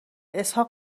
اسحاق